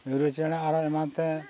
ᱢᱤᱨᱩ ᱪᱮᱬᱮ ᱟᱨᱚ ᱮᱢᱟᱱ ᱛᱮ